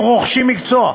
הם רוכשים מקצוע.